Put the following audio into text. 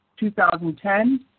2010